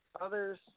Others